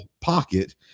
pocket